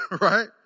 right